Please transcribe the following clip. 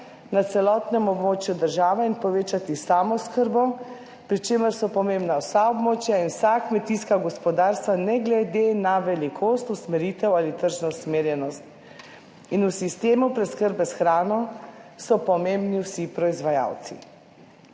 na celotnem območju države in povečati samooskrbo, pri čemer so pomembna vsa območja in vsa kmetijska gospodarstva, ne glede na velikost, usmeritev ali tržno usmerjenost in v sistemu preskrbe s hrano so pomembni vsi proizvajalci.«,